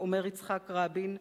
אומר יצחק רבין,